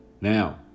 Now